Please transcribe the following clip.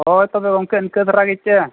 ᱦᱳᱭ ᱛᱚᱵᱮ ᱜᱚᱢᱠᱮ ᱤᱱᱠᱥᱹ ᱫᱷᱟᱨᱟ ᱜᱮᱥᱮ